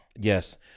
Yes